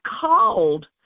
called